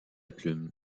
plume